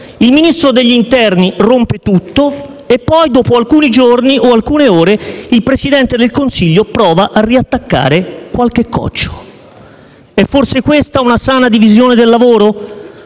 il Ministro dell'interno rompe tutto e poi, dopo alcuni giorni o alcune ore, il Presidente del Consiglio prova a riattaccare qualche coccio. È forse questa una sana divisione del lavoro?